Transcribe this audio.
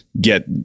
get